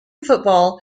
football